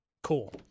Cool